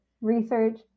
research